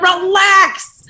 relax